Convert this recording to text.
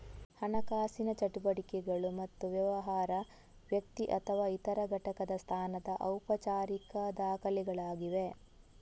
ಹಣಕಾಸಿನ ಚಟುವಟಿಕೆಗಳು ಮತ್ತು ವ್ಯವಹಾರ, ವ್ಯಕ್ತಿ ಅಥವಾ ಇತರ ಘಟಕದ ಸ್ಥಾನದ ಔಪಚಾರಿಕ ದಾಖಲೆಗಳಾಗಿವೆ